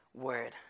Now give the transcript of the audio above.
word